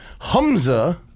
Humza